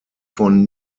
von